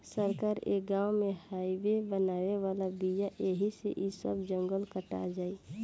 सरकार ए गाँव में हाइवे बनावे वाला बिया ऐही से इ सब जंगल कटा जाई